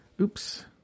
Oops